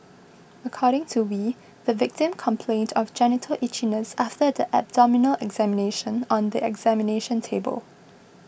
according to Wee the victim complained of genital itchiness after the abdominal examination on the examination table